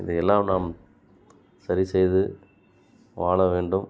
இதையெல்லாம் நாம் சரி செய்து வாழ வேண்டும்